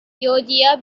georgia